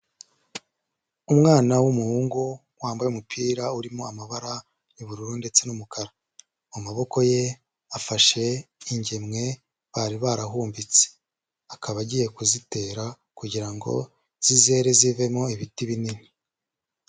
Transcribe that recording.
Umwana w'umuhungu wambaye umupira urimo amabara y'ubururu ndetse n'umukara, mu maboko ye afashe ingemwe bari barahumbitse, akaba agiye kuzitera kugira ngo zizere zivemo ibiti binini.